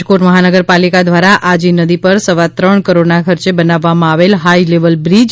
રાજકોટ મહાનગરપાલિકા દ્વારા આજી નદી પર સવા ત્રણ કરોડના ખર્ચે બનવવામાં આવેલ હાઈલેવલ બ્રિજ